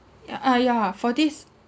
ya uh ya for this